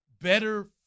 better